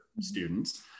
students